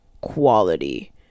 quality